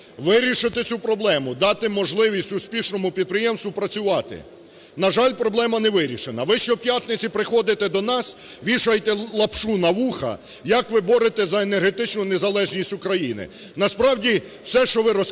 вирішити цю проблему, дати можливість успішному підприємству працювати. На жаль, проблема не вирішена. Ви щоп'ятниці приходите до нас, вішаєте лапшу на вуха, як ви боретесь за енергетичну незалежність України. Насправді все, що ви розказуєте,